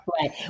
Right